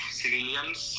civilians